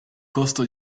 costo